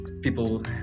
people